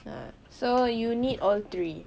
ah so you need all three